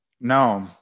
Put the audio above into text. No